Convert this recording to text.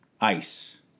Ice